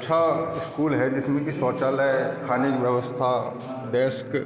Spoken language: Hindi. अच्छा स्कूल है जिसमें की शौचालय खाने की व्यवस्था डेस्क